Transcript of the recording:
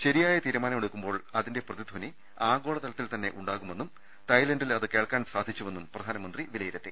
ശരിയായ തീരുമാനം എടുക്കു മ്പോൾ അതിന്റെ പ്രതിധനി ആഗോള തലത്തിൽ തന്നെ ഉണ്ടാകുമെന്നും തായ്ലാന്റിൽ അത് കേൾക്കാൻ സാധി ച്ചുവെന്നും പ്രധാനമന്ത്രി വിലയിരുത്തി